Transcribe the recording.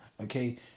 Okay